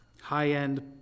high-end